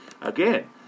again